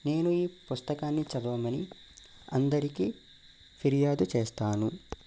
నేను ఈ పుస్తకాన్ని చదవమని అందరికి ఫిర్యాదు చేస్తాను